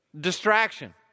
Distraction